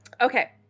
Okay